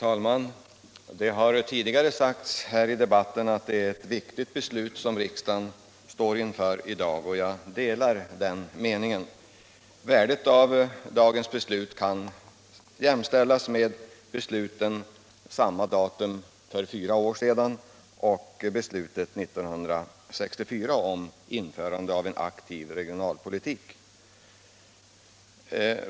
Herr talman! Det har sagts tidigare i debatten att det är ett viktigt beslut som riksdagen står inför i dag. Jag delar den meningen. Värdet av dagens beslut kan jämställas med besluten samma datum för fyra år sedan och från 1964 om införande av en aktiv regionalpolitik.